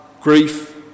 grief